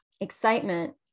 Excitement